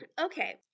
okay